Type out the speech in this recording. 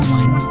one